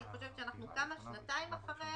אנחנו כבר שנתיים אחרי